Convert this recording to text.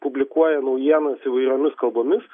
publikuoja naujienas įvairiomis kalbomis